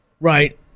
Right